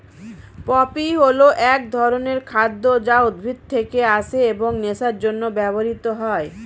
poppy হল এক ধরনের খাদ্য যা উদ্ভিদ থেকে আসে এবং নেশার জন্য ব্যবহৃত হয়